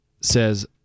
says